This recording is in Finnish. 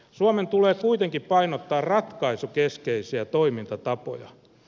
suomen tulee kuitenkin painottaa ratkaisukeskeisiä toimintatapoja